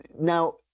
Now